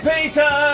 Peter